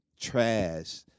trash